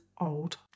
old